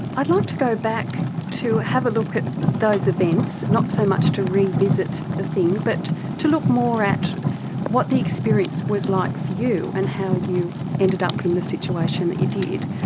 i'd like to go back to have a look at those events. not so much to revisit the thing, but to look more at what the experience was like for you, and how you ended up in the situation that you did.